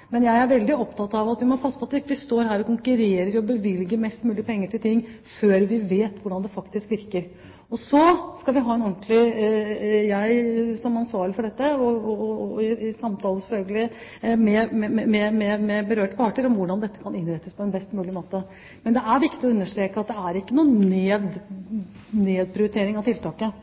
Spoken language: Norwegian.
vi ikke konkurrerer om å bevilge mest mulig penger til ting før vi vet hvordan det faktisk virker. Og så skal vi ha en ordentlig gjennomgang – jeg som ansvarlig for dette, selvfølgelig i samtaler med de berørte parter – av hvordan dette kan innrettes på en best mulig måte. Det er viktig å understreke at det ikke er noen nedprioritering av tiltaket.